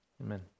Amen